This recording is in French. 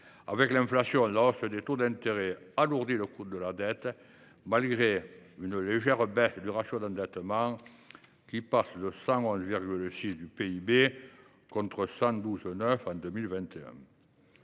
Avec l’inflation, la hausse des taux d’intérêt alourdit le coût de la dette, malgré une légère baisse du ratio d’endettement, qui passe à 111,6 % du PIB, contre 112,9 % en 2021.